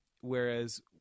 Whereas